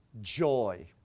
joy